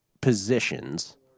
positions